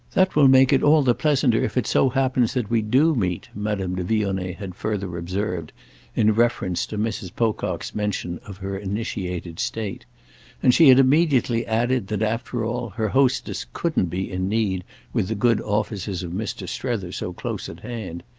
that will make it all the pleasanter if it so happens that we do meet, madame de vionnet had further observed in reference to mrs. pocock's mention of her initiated state and she had immediately added that, after all, her hostess couldn't be in need with the good offices of mr. strether so close at hand.